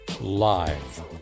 live